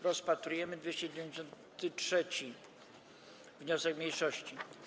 Rozpatrujemy 293. wniosek mniejszości.